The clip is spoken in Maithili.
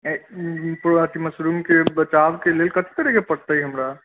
अथि मशरूम के बचाव के लेल कथि करै के परतै हमरा